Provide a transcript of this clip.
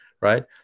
right